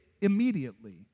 immediately